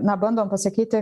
na bandom pasakyti